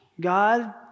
God